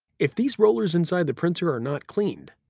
if these rollers inside the printer are not cleaned,